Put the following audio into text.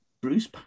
Bruce